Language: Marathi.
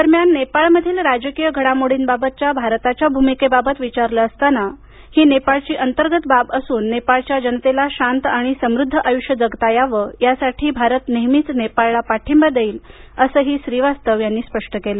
दरम्यान नेपाळमधील राजकीय घडामोर्डीबाबतच्या भारताच्या भूमिकेबाबत विचारले असताना ही नेपाळची अंतर्गत बाब असून नेपाळच्या जनतेला शांत आणि समृद्ध आयुष्य जगता यावं यासाठी भारत नेपाळला नेहमीच पाठिंबा देईल असं श्रीवास्तव यांनी स्पष्ट केलं